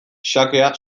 xakea